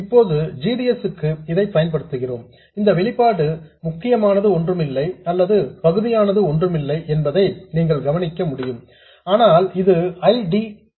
இப்போது g d s க்கு இதை பயன்படுத்துகிறோம் இந்த வெளிப்பாட்டின் பகுதியானது ஒன்றுமில்லை என்பதை நீங்கள் கவனிக்க முடியும் ஆனால் இது I D ஆகும்